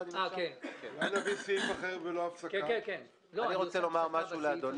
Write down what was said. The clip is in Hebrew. אני רוצה לומר משהו לאדוני.